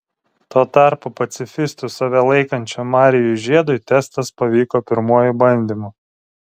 tuo tarpu pacifistu save laikančiam marijui žiedui testas pavyko pirmuoju bandymu